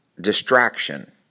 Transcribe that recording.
distraction